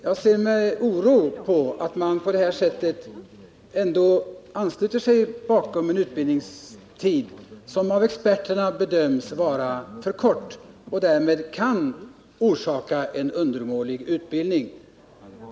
Jag ser med oro på att man på detta sätt ändå ansluter sig till en utbildningstid som av experterna bedöms vara för kort och som därmed kan förorsaka en undermålig utbildning.